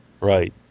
Right